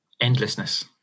endlessness